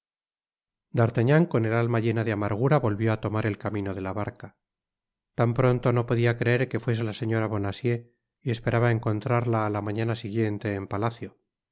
d'artagnan con el alma llena de amargura volvió á tomar el camino de la barca tan pronto no podia creer que fuese la señora bonacieux y esperaba encontrarla a la mañana siguiente en palacio